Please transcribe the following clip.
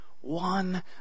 one